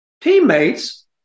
teammates